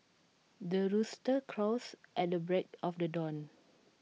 the rooster crows at the break of the dawn